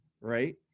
right